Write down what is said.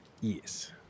Yes